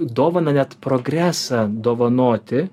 dovaną net progresą dovanoti